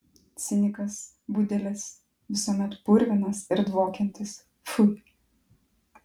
cinikas budelis visuomet purvinas ir dvokiantis pfui